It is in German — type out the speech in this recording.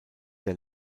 der